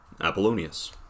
Apollonius